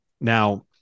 now